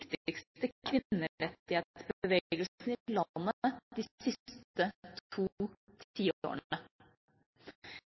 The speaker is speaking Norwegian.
de siste to